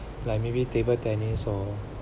like maybe table tennis or